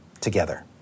together